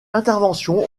intervention